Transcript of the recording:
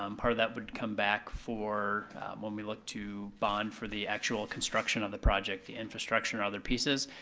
um part of that would come back for when we look to bond for the actual construction of the project, the infrastructure and other pieces.